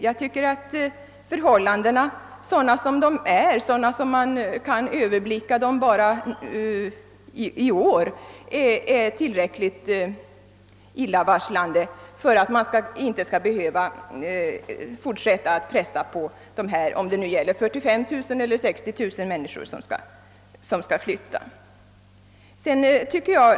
Jag tycker att förhållandena sådana som man kan överblicka dem bara i år är tillräckligt illavarslande för att man inte skall behöva resonera om huruvida det är 45000 eller 60 000 människor som skall flytta.